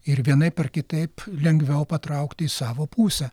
ir vienaip ar kitaip lengviau patraukti į savo pusę